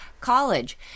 college